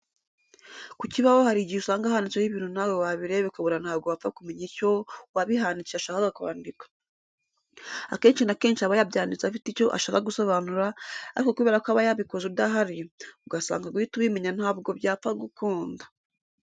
Ku kibaho hari igihe usanga handitseho ibintu nawe wabireba ukabona ntabwo wapfa kumenya icyo uwabihanditse yashakaga kwandika. Akenshi na kenshi aba yabyanditse afite icyo ashaka gusobanura ariko kubera ko aba yabikoze udahari, ugasanga guhita ubimenya ntabwo byapfa gukunda.